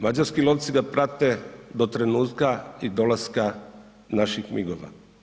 Mađarski lovci ga prate do trenutka i dolaska naših MIG-ova.